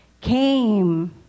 came